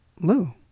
Lou